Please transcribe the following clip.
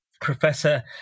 Professor